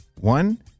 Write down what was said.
One